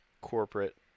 Corporate